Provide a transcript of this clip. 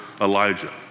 Elijah